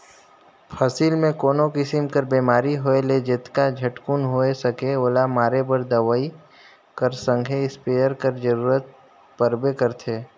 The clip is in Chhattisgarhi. फसिल मे कोनो किसिम कर बेमारी होए ले जेतना झटकुन होए सके ओला मारे बर दवई कर संघे इस्पेयर कर जरूरत परबे करथे